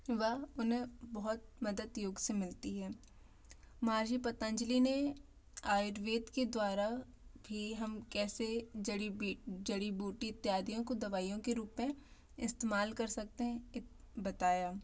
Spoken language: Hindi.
वह उन बहुत मदद योग से मिलती है महर्षि पतंजलि ने आयुर्वेद के द्वारा भी हम कैसे जड़ी जड़ी बूटी इत्यादियों को दवाइयों के रूप में इस्तेमाल कर सकते है बताया